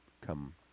come